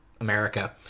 America